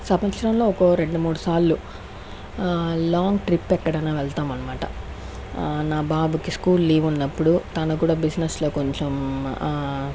సంవత్సరంలో ఒకో రెండు మూడు సార్లు లాంగ్ ట్రిప్ ఎక్కడన్నా వెళ్తామన్మాట నా బాబుకి స్కూల్ లీవ్ ఉన్నప్పుడు తాను కూడా బిజినెస్ లో కొంచం